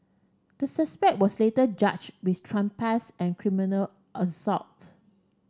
the suspect was later charged with trespass and criminal assault